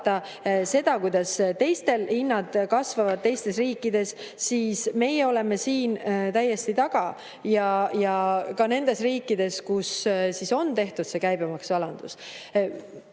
seda, kuidas hinnad kasvavad teistes riikides, siis meie oleme siin täiesti taga, ka nendest riikidest, kus on tehtud see käibemaksu alandamine.